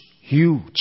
huge